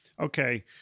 Okay